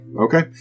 Okay